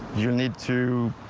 you need to.